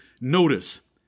Notice